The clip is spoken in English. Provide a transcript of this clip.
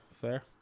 fair